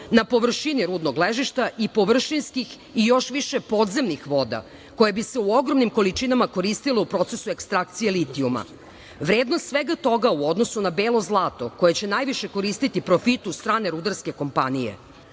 na površini rudnog ležišta i površinskih i još više podzemnih voda, koja bi se u ogromnim količinama koristila u procesu ekstrakcije litijuma? Vrednost svega toga u odnosu na belo zlato, koje će najviše koristi profitu strane rudarske kompanije. Zanemarena